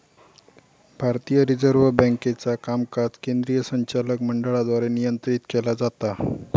भारतीय रिझर्व्ह बँकेचा कामकाज केंद्रीय संचालक मंडळाद्वारे नियंत्रित केला जाता